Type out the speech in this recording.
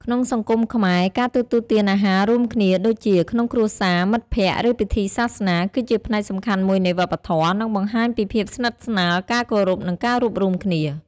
ក្នុងសង្គមខ្មែរ ការទទួលទានអាហាររួមគ្នាដូចជា ក្នុងគ្រួសារ មិត្តភក្តិ ឬពិធីសាសនា គឺជាផ្នែកសំខាន់មួយនៃវប្បធម៌ និងបង្ហាញពីភាពស្និទ្ធស្នាល ការគោរព និងការរួបរួមគ្នា។